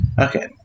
Okay